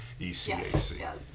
ECAC